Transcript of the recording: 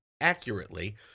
accurately